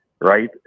right